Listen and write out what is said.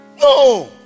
No